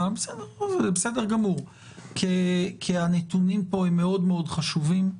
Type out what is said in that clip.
כי הנתונים פה חשובים מאוד.